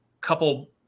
couple